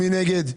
מי נגד?